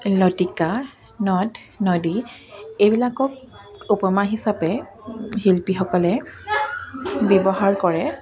লটিকা নদ নদী এইবিলাকক উপমা হিচাপে শিল্পীসকলে ব্যৱহাৰ কৰে